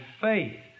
faith